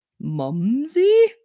Mumsy